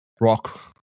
rock